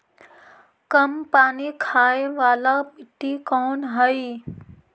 कम पानी खाय वाला मिट्टी कौन हइ?